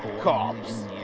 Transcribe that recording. Cops